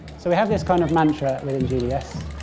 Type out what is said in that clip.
so, we have this kind of mantra within gds.